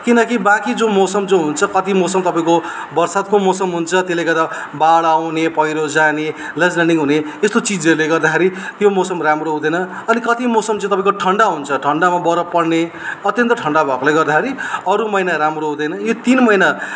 किनकि बाँकी जो मौसम जो हुन्छ कति मौसम तपाईँको बर्सातको मौसम हुन्छ त्यसले गर्दा बाढ आउने पैह्रो जाने ल्यान्ड्स्लाइडिङ हुने यस्तो चिजहरूले गर्दाखेरि त्यो मौसम राम्रो हुँदैन अनि कति मौसम चाहिँ तपाईँको ठन्डा हुन्छ ठन्डामा बरफ पर्ने अत्यन्त ठन्डा भएकोले गर्दाखेरि अरू महिना राम्रो हुँदैन यी तिन महिना